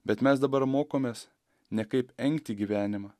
bet mes dabar mokomės ne kaip engti gyvenimą